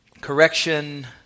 correction